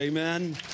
Amen